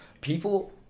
people